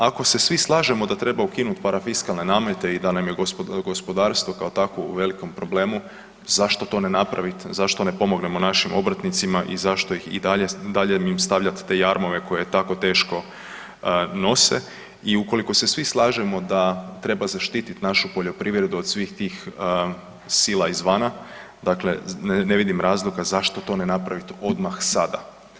Ako se svi slažemo da treba ukinuti parafiskalne namete i da nam je gospodarstvo kao takvo u velikom problemu, zašto to ne napravit, zašto ne pomognemo našim obrtnicima i zašto ih i dalje im stavljati te jarmove koje tako teško nose i ukoliko svi slažemo da treba zaštititi našu poljoprivredu od svih tih sila izvana, dakle ne vidim razloga zašto što ne napravite odmah sada.